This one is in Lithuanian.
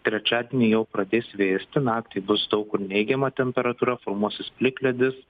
trečiadienį jau pradės vėsti naktį bus daug kur neigiama temperatūra formuosis plikledis